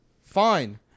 fine